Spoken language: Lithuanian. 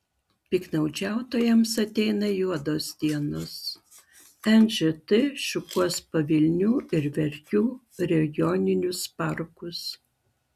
piktnaudžiautojams ateina juodos dienos nžt šukuos pavilnių ir verkių regioninius parkus